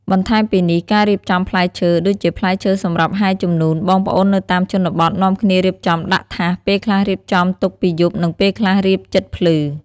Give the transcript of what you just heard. បន្ថែមពីនេះការរៀបចំំផ្លែឈើ ដូចជាផ្លែឈើសម្រាប់ហែរជំនួនបងប្អូននៅតាមជនបទនាំគ្នារៀបចំដាក់ថាស ពេលខ្លះរៀបចំទុកពីយប់និងពេលខ្លះរៀបជិតភ្លឺ។